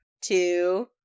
two